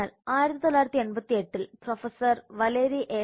അതിനാൽ 1988 ൽ professor Valerie A